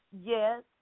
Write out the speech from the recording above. Yes